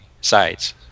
sides